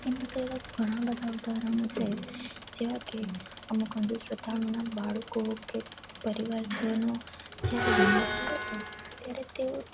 એના તો એવા ઘણા બધા ઉદાહરણો છે જેવા કે અમુક અંધશ્રદ્ધાળુના બાળકો કે પરિવાર જનો જ્યારે બીમાર પડે છે ત્યારે તેઓ